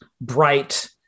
bright